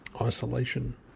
isolation